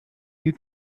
you